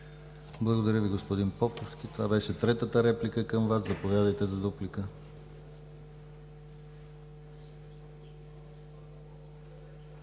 Благодаря Ви, господин Поповски. Това беше третата реплика към Вас. Заповядайте за дуплика.